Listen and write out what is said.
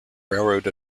railroad